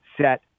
set